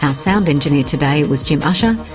sound sound engineer today was jim ussher.